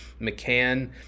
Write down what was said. McCann